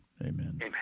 Amen